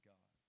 God